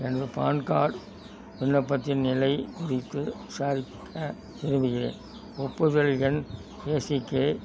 எனது PAN card விண்ணப்பத்தின் நிலை குறித்து விசாரிக்க விரும்புகிறேன் ஒப்புதல் எண் ஏ சி கே